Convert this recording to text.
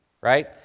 right